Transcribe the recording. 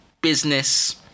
business